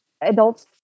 Adults